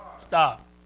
Stop